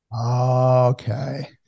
Okay